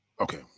Okay